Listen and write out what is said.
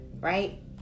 right